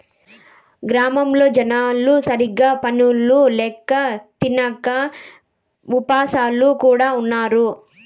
గ్రామాల్లో జనాలు సరిగ్గా పనులు ల్యాక తినక ఉపాసాలు కూడా ఉన్నారు